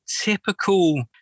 typical